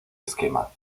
esquema